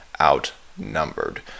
outnumbered